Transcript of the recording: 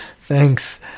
thanks